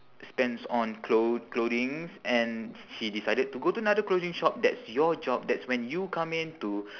spends on clo~ clothings and she decided to go to another clothing shop that's your job that's when you come in to